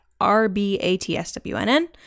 RBATSWNN